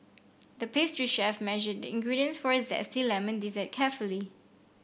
the pastry chef measured the ingredients for a zesty lemon dessert carefully